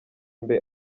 mbe